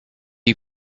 you